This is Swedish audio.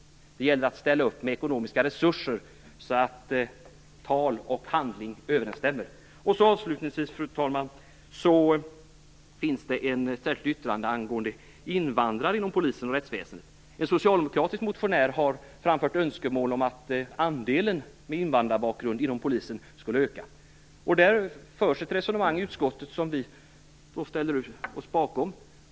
Det gäller att ställa upp med ekonomiska resurser så att tal och handling överensstämmer. Fru talman! Det finns ett särskilt yttrande angående invandrare inom polisen och rättsväsendet. En socialdemokratisk motionär har framfört önskemål om att den andel som har invandrarbakgrund inom polisen skulle öka. Det förs ett resonemang i utskottet som vi ställer oss bakom.